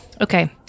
okay